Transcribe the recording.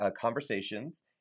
Conversations